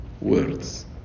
words